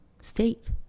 state